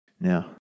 Now